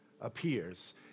appears